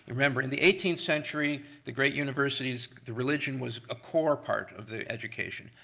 remember, in the eighteenth century, the great universities, the religion was a core part of the education.